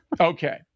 Okay